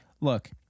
look